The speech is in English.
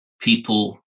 people